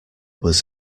was